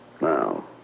Now